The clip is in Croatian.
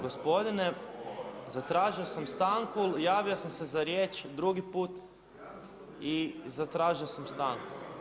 Gospodine zatražio sam stanku, javio sam se za riječ, drugi put i zatražio sam stanku.